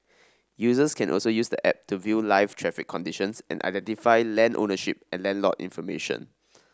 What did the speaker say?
users can also use the app to view live traffic conditions and identify land ownership and land lot information